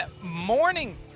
morning